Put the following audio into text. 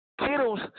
Kittles